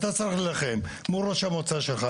אתה צריך להילחם מול ראש המועצה שלך.